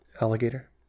alligator